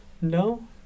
no